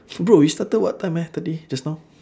bro we started what time ah today just now